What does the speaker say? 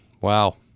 Wow